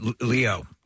Leo